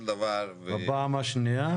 בפעם השנייה?